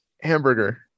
Hamburger